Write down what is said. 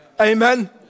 Amen